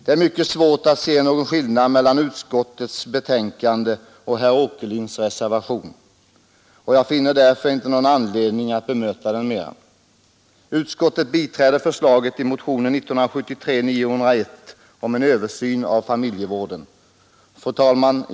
Det är mycket svårt att se någon skillnad mellan utskottets betänkande och herr Åkerlinds reservation, och jag finner därför inte någon anledning att ytterligare bemöta den. Utskottet biträder förslaget i motionen 901 om en översyn av familjevården. Fru talman!